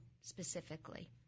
specifically